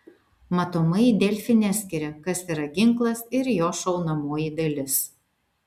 matomai delfi neskiria kas yra ginklas ir jo šaunamoji dalis